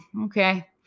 okay